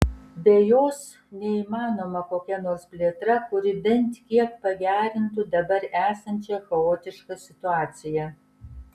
be jos neįmanoma kokia nors plėtra kuri bent kiek pagerintų dabar esančią chaotišką situaciją